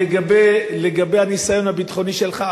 לגבי הניסיון הביטחוני שלך,